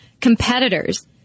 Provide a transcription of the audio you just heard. competitors